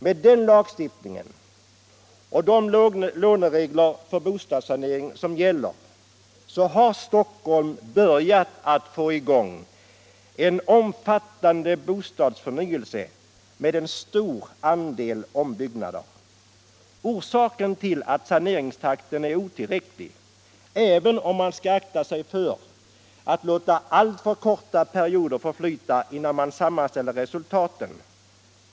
Med den lagstiftningen och med de låneregler för bostadssaneringen som gäller har Stockholm börjat få i gång en omfattande bostadsförnyelse med en stor andel ombyggnader. Saneringstakten i Stockholm är otillräcklig, även om man skall akta sig för att låta alltför korta perioder förflyta innan man sammanställer resultaten.